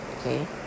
okay